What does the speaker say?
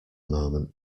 moment